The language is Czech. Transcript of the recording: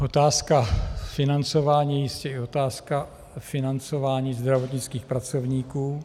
Otázka financování je jistě i otázka financování zdravotnických pracovníků.